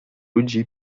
ludzi